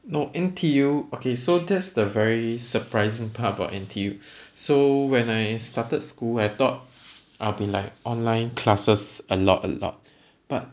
no N_T_U okay so that's the very surprising about N_T_U so when I started school I thought I'll be like online classes a lot a lot but